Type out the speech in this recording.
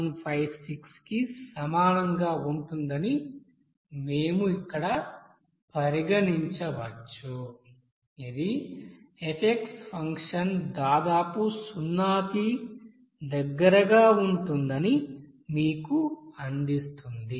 426156 కిసమానంగా ఉంటుందని మేము ఇక్కడ పరిగణించవచ్చుఇది f ఫంక్షన్ దాదాపు సున్నాకి దగ్గరగా ఉంటుందని మీకు అందిస్తుంది